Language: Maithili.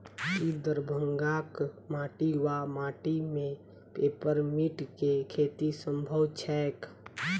की दरभंगाक माटि वा माटि मे पेपर मिंट केँ खेती सम्भव छैक?